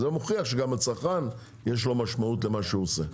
זה מוכיח שגם הצרכן יש לו משמעות למה שהוא עושה.